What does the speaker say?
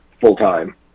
full-time